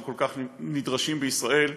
שכל כך נדרשים בישראל,